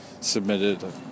Submitted